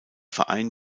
verein